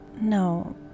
No